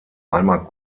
einmal